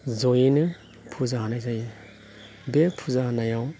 जयैनो फुजा होनाय जायो बे फुजा होनायाव